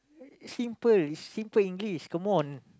simple it's simple English come on